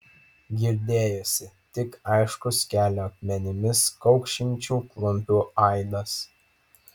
girdėjosi tik aiškus kelio akmenimis kaukšinčių klumpių aidas